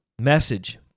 message